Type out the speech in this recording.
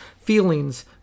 feelings